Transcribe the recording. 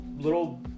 little